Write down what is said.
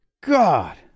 God